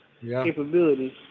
capabilities